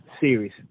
series